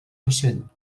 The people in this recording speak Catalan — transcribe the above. recent